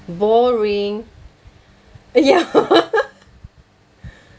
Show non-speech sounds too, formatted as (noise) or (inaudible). boring ya (laughs)